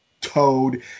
toad